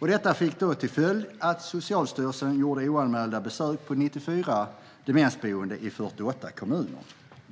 Detta fick till följd att Socialstyrelsen gjorde oanmälda besök på 94 demensboenden i 48 kommuner.